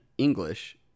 English